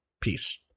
Peace